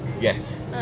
Yes